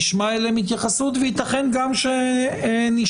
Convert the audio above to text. נשמע אליהם התייחסות וייתכן גם שנשמע